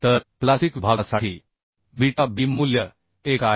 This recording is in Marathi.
तर प्लास्टिक विभागासाठी बीटा B मूल्य 1 आहे